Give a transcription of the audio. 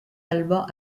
alban